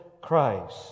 Christ